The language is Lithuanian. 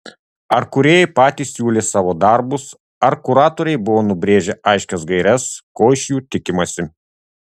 ar kūrėjai patys siūlė savo darbus ar kuratoriai buvo nubrėžę aiškias gaires ko iš jų tikimasi